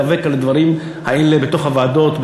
להיאבק על הדברים האלה בתוך הוועדות,